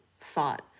thought